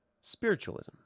Spiritualism